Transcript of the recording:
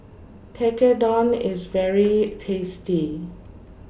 Tekkadon IS very tasty